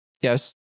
Yes